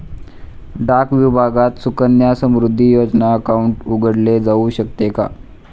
डाक विभागात सुकन्या समृद्धी योजना अकाउंट उघडले जाऊ शकते का?